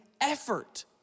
Effort